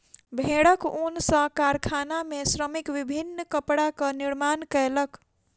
भेड़क ऊन सॅ कारखाना में श्रमिक विभिन्न कपड़ाक निर्माण कयलक